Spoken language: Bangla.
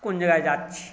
কোন জায়গায় যাচ্ছি